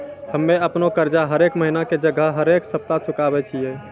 हम्मे अपनो कर्जा हरेक महिना के जगह हरेक सप्ताह चुकाबै छियै